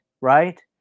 right